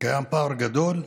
קיים פער גדול,